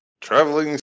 traveling